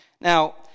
now